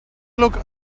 look